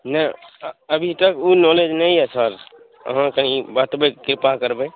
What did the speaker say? नहि अभी तक ओ नालेज नहि अइ सर अहाँ कनी बतबैके कृपा करबै